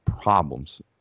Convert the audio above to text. problems